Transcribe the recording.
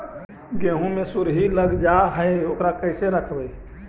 गेहू मे सुरही लग जाय है ओकरा कैसे रखबइ?